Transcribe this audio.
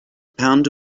pound